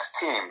team